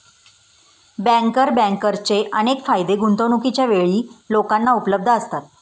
banker बँकर्सचे अनेक फायदे गुंतवणूकीच्या वेळी लोकांना उपलब्ध असतात